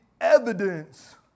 evidence